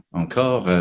encore